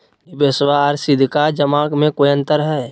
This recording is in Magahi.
निबेसबा आर सीधका जमा मे कोइ अंतर हय?